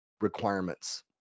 requirements